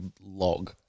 log